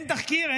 אין תחקיר?